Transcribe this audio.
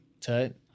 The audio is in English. Tut